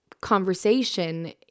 conversation